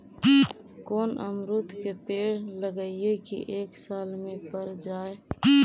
कोन अमरुद के पेड़ लगइयै कि एक साल में पर जाएं?